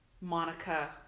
Monica